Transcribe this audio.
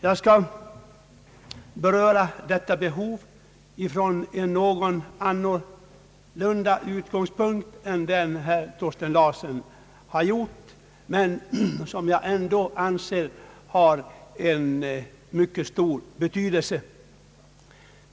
Jag skall beröra detta behov från en annan utgångspunkt än herr Thorsten Larsson här har gjort men jag anser ändå att den har en mycket stor betydelse.